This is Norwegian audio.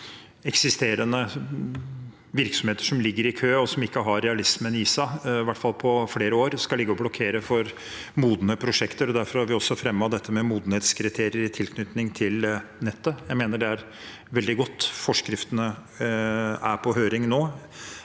eksisterende virksomheter som ligger i kø, og som ikke har realismen i seg, i hvert fall på flere år, skal ligge og blokkere for modne prosjekter. Derfor har vi fremmet det med modenhetskriterier i tilknytning til nettet. Jeg mener det er veldig godt. Forskriftene er på høring nå,